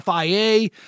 FIA